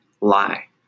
lie